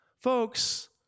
Folks